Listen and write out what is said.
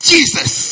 Jesus